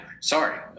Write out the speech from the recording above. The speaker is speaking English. sorry